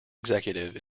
executive